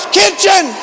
kitchen